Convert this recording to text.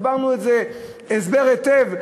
הסברנו את זה הסבר היטב,